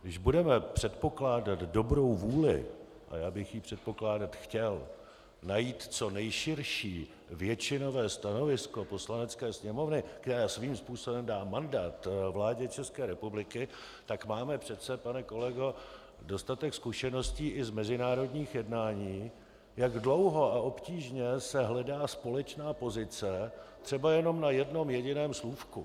Když budeme předpokládat dobrou vůli, a já bych ji předpokládat chtěl, najít co nejširší většinové stanovisko Poslanecké sněmovny, která svým způsobem dá mandát vládě České republiky, tak máme přece, pane kolego, dostatek zkušeností i z mezinárodních jednání, jak dlouho a obtížně se hledá společná pozice, třeba jenom na jednom jediném slůvku.